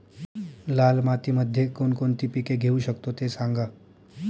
लाल मातीमध्ये कोणकोणती पिके घेऊ शकतो, ते सांगा